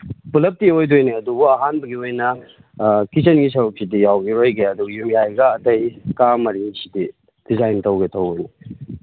ꯄꯨꯂꯞꯇꯤ ꯑꯣꯏꯗꯣꯏꯅꯤ ꯑꯗꯨꯕꯨ ꯑꯍꯥꯟꯕꯒꯤ ꯑꯣꯏꯅ ꯀꯤꯠꯆꯟꯒꯤ ꯁꯔꯨꯛꯁꯤꯗꯤ ꯌꯥꯎꯈꯤꯔꯣꯏꯒꯦ ꯑꯗꯨꯒ ꯌꯨꯝꯌꯥꯏꯒ ꯑꯇꯩ ꯀꯥ ꯃꯔꯤꯁꯤꯗꯤ ꯗꯤꯖꯥꯏꯟ ꯇꯧꯒꯦ ꯇꯧꯕꯅꯤ